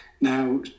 Now